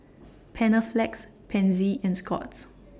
Panaflex Pansy and Scott's